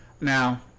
now